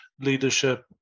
leadership